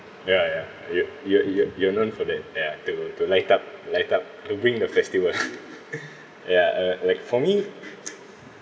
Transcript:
ya ya you're you're you're you're known for that ya to to light up light up to win the festival ya uh like for me